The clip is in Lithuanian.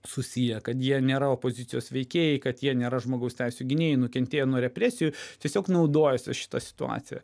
susiję kad jie nėra opozicijos veikėjai kad jie nėra žmogaus teisių gynėjai nukentėję nuo represijų tiesiog naudojasi šita situacija